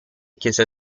chiese